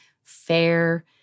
fair